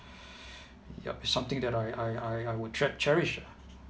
yup it's something that I I I I would che~ cherish lah